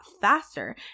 faster